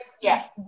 Yes